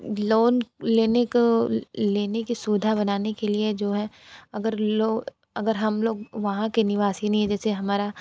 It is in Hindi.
लोन लेने को लेने की सुविधा बनाने के लिए जो है अगर लो अगर हम लोग वहाँ के निवासी नहीं हैं जैसे हमारा